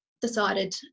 decided